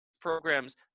programs